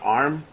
arm